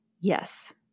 Yes